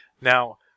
Now